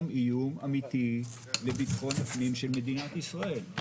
איום אמיתי לביטחון הפנים של מדינת ישראל.